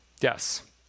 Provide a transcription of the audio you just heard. Yes